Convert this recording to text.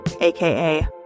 AKA